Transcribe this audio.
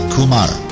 Kumar